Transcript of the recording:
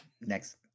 Next